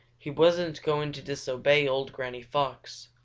he wasn't going to disobey old granny fox.